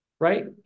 Right